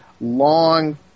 long